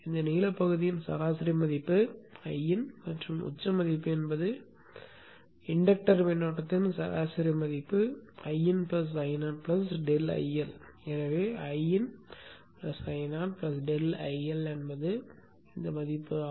இந்த நீலப் பகுதியின் சராசரி மதிப்பு Iin மற்றும் உச்ச மதிப்பு என்பது இன்டக்டர் மின்னோட்டத்தின் சராசரி மதிப்பு Iin Io ∆ IL எனவே Iin Io ∆IL என்பது மதிப்பாக இருக்கும்